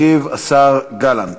ישיב השר גלנט.